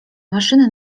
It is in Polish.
maszyny